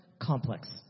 complex